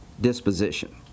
Disposition